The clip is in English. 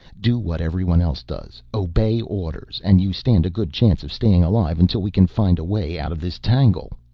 do what everyone else does, obey orders, and you stand a good chance of staying alive until we can find a way out of this tangle.